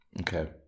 okay